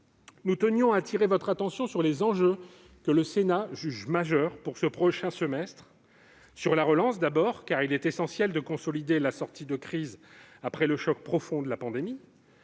nous tenions à attirer votre attention sur les enjeux que le Sénat juge majeurs pour ce prochain semestre. Il s'agit tout d'abord de la relance, car il est essentiel de consolider la sortie de crise après le choc profond de la pandémie.